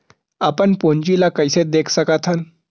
अपन पूंजी ला कइसे देख सकत हन?